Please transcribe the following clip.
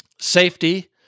safety